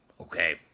okay